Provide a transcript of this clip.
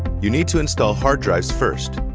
you need to install hard drives first.